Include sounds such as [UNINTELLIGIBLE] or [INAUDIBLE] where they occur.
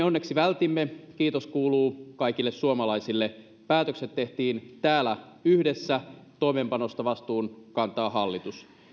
[UNINTELLIGIBLE] onneksi vältimme ja kiitos kuuluu kaikille suomalaisille päätökset tehtiin täällä yhdessä toimeenpanosta vastuun kantaa hallitus